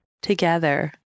together